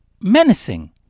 menacing